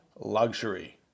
luxury